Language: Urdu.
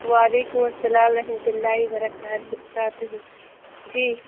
وعلیکم السلام و رحمتہ اللہ و برکاتہ کاتہ جی